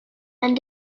and